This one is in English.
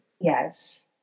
Yes